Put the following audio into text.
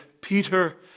Peter